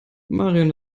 marion